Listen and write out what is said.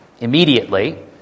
immediately